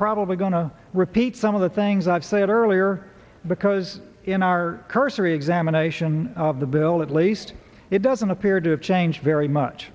probably going to repeat some of the things i've said earlier because in our cursory examination of the bill at least it doesn't appear to change very much